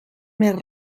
més